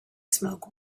smoke